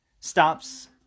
stops